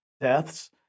deaths